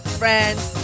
friends